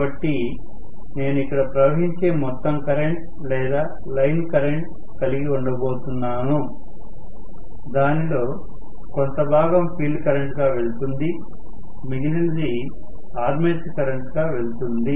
కాబట్టి నేను ఇక్కడ ప్రవహించే మొత్తం కరెంట్ లేదా లైన్ కరెంట్ కలిగి ఉండబోతున్నాను దానిలో కొంత భాగం ఫీల్డ్ కరెంట్ గా వెళుతుంది మిగిలినది ఆర్మేచర్ కరెంట్ గా వెళ్తుంది